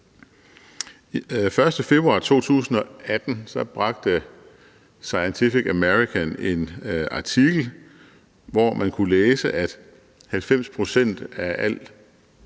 1. februar 2018 bragte Scientific American en artikel, hvor man kunne læse, at 90 pct. af alt